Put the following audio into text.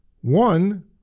One